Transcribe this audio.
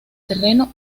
terreno